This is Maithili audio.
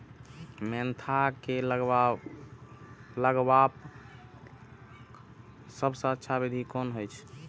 मेंथा के लगवाक सबसँ अच्छा विधि कोन होयत अछि?